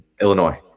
illinois